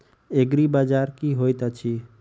एग्रीबाजार की होइत अछि?